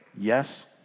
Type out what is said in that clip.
Yes